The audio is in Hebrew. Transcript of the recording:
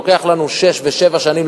לוקח לנו שש ושבע שנים,